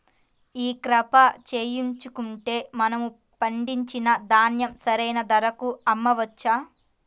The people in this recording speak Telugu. ఈ క్రాప చేయించుకుంటే మనము పండించిన ధాన్యం సరైన ధరకు అమ్మవచ్చా?